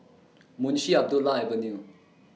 Munshi Abdullah Avenue